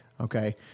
Okay